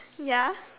ya